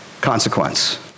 consequence